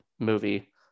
Movie